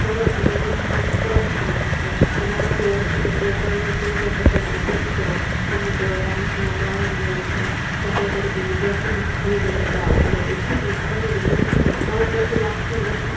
સરળ અને આમ સરસ થઈ શકશે તો મારું કહેવું એમ છે કે પ્લેગ્રાઉન્ડની સુવિધા પણ તેમાં ઉપલબ્ધ કરો અમુક ડાન્સનો ગ્રાઉન્ડ હોય છે દાખલા તરીકે વિદ્યાર્થીમાં ઘણી બધી કળાઓ પડેલી છે જી આપણને વિદ્યાર્થીને મોઢા ઉપરથી લાગતું નથી